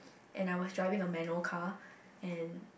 and I was driving a manual car and